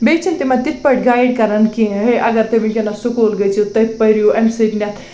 بیٚیہِ چھِنہٕ تِمَن تِتھ پٲٹھۍ گایِڈ کران کیٚنہہ ہے اگر تُہۍ وٕنۍکٮ۪نَس سُکوٗل گژھِو تَتہِ پٔرِو اَمہِ سۭتۍ نٮ۪تھ